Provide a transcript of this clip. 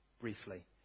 briefly